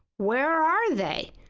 where are they?